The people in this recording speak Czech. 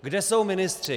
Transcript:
Kde jsou ministři?